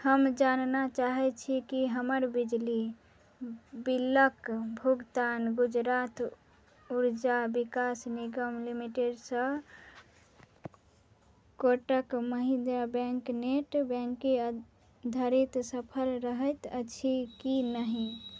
हम जानै चाहै छी कि हमर बिजली बिलके भुगतान गुजरात उर्जा विकास निगम लिमिटेडसँ कोटक महिन्द्रा बैँक नेट बैँकिन्गधरि सफल रहल अछि कि नहि